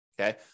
okay